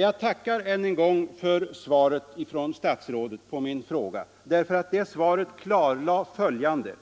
Jag tackar un en gång för statsrådets svar på min fråga. Svaret klarlägger följande: